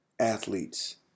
athletes